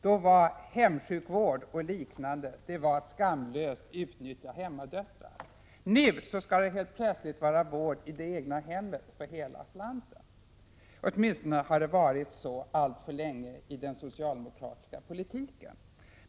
Då innebar hemsjukvård och liknande ett skamlöst utnyttjande av hemmadöttrar. Nu skall det plötsligt vara vård i det egna hemmet för hela slanten. Åtminstone har det alltför länge varit så i den socialdemokratiska politiken.